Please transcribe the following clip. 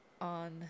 on